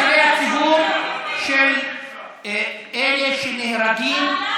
הציבור של אלה שנהרגים,